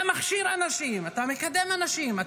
אתה מכשיר אנשים, אתה מקדם אנשים.